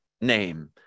name